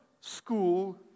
school